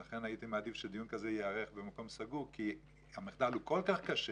ולכן הייתי מעדיף שדיון כזה ייערך במקום סגור כי המחדל הוא כל כך קשה